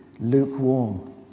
lukewarm